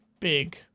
Big